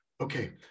okay